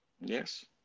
Yes